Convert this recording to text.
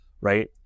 right